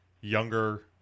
younger